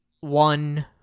one